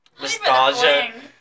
nostalgia